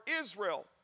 Israel